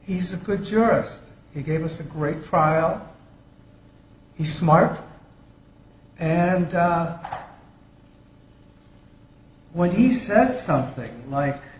he's a good jurist he gave us a great trial he's smart and tough when he says something like